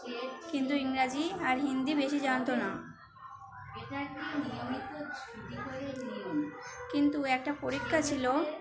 কিন্তু ইংরাজি আর হিন্দি বেশি জানতো না কিন্তু একটা পরীক্ষা ছিল